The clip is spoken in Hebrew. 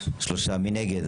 3. מי נגד?